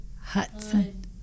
Hudson